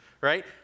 right